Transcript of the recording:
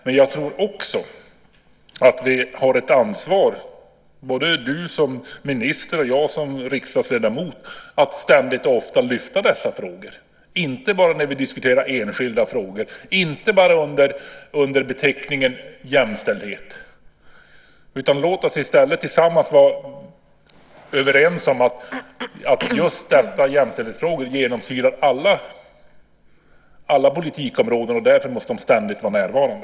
Men jag tror också att vi har ett ansvar, både du som minister och jag som riksdagsledamot, att ständigt och ofta lyfta fram dessa frågor, inte bara när vi diskuterar enskilda frågor, inte bara under beteckningen jämställdhet. Låt oss i stället tillsammans vara överens om att just dessa jämställdhetsfrågor genomsyrar alla politikområden. Därför måste de ständigt vara närvarande.